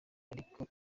ariko